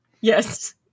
Yes